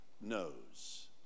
knows